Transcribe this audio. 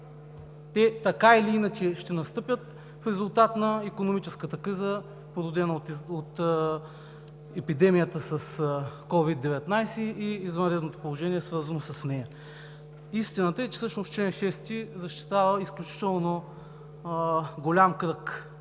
Те, така или иначе, ще настъпят в резултат на икономическата криза, породена от епидемията с COVID-19 и извънредното положение, свързано с нея. Истината е, че чл. 6 защитава изключително голям кръг